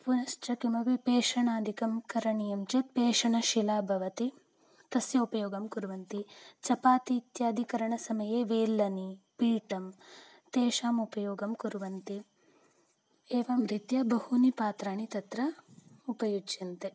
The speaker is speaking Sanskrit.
पुनश्च किमपि पेषणादिकं करणीयं चेत् पेषणशिला भवति तस्याः उपयोगं कुर्वन्ति चपाति इत्यादि करणसमये वेल्लनी पीठं तेषाम् उपयोगं कुर्वन्ति एवं रीत्या बहूनि पात्राणि तत्र उपयुज्यन्ते